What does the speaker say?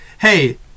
Hey